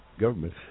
government